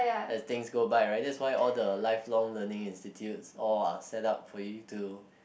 as things go by right that's why all the lifelong learning institutes all are set up for you to